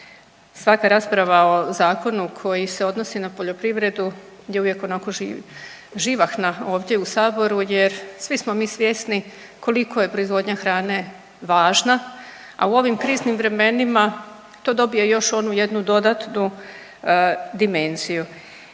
Svaka rasprava o zakonu koji se odnosi na poljoprivredu je uvijek onako živahna ovdje u Saboru, jer svi smo mi svjesni koliko je proizvodnja hrane važna, a u ovim kriznim vremenima to dobije još onu jednu dodatnu dimenziju.